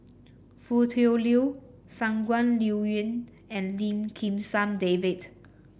Foo Tui Liew Shangguan Liuyun and Lim Kim San David